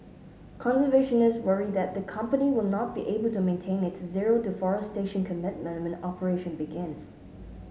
conservationists worry that the company will not be able to maintain its zero deforestation commitment when operation begins